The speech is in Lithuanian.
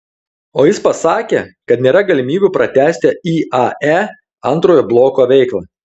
o jis pasakė kad nėra galimybių pratęsti iae antrojo bloko veiklą